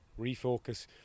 refocus